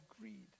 greed